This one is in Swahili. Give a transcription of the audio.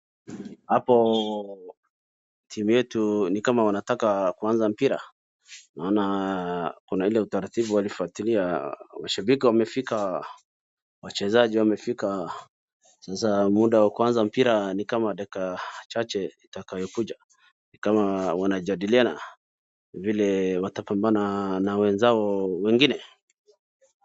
Hapo timu yetu ni kama wanataka kuanza mpira. Naona kuna ile utaratibu walifuatilia. Mashabiki wamefika, wachezaji wamefika. Sasa muda wa kuanza mpira ni kama dakika chache itakayokuja. Ni kama wanajadiliana vile watapambana na wenzao wengjne.